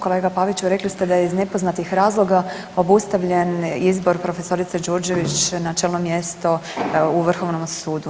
Kolega Paviću, rekli ste da je iz nepoznatih razloga obustavljen izbor profesorice Đurđević na čelno mjesto u vrhovnom sudu.